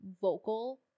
vocal